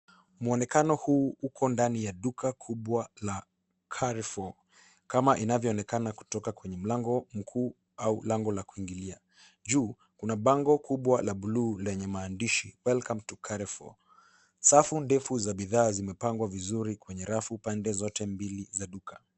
Muonekano huu uko ndani ya duka kubwa la Carrefour, kama inavyoonekana kutoka kwenye mlango mkuu au lango la kuingilia. Juu, kuna bango kubwa la buluu lenye maandishi, welcome to Carrefour . Safu ndefu za bidhaa zimepangwa vizuri kwenye rafu pande zote mbili za duka.